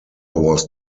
was